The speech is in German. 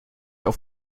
auf